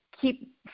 keep